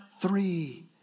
Three